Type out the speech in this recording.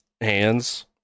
hands